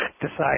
decide